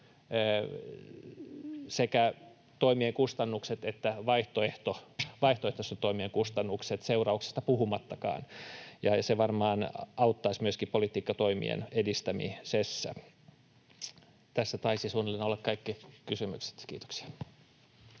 sekä toimien kustannukset että vaihtoehtoisten toimien kustannukset, seurauksista puhumattakaan. Se varmaan auttaisi myöskin politiikkatoimien edistämisessä. — Tässä taisivat suunnilleen olla kaikki kysymykset. Kiitoksia.